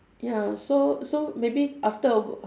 ya so so maybe after a